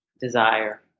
desire